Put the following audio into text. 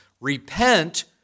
Repent